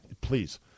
please